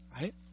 right